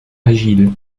agile